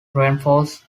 reinforce